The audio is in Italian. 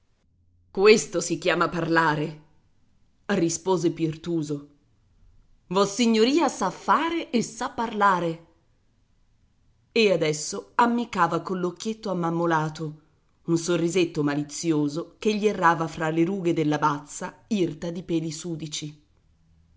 questo si chiama parlare rispose pirtuso vossignoria sa fare e sa parlare e adesso ammiccava coll'occhietto ammammolato un sorrisetto malizioso che gli errava fra le rughe della bazza irta di peli sudici